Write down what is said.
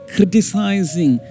criticizing